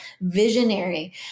visionary